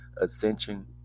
ascension